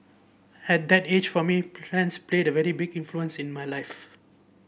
at that age for me friends played a very big influence in my life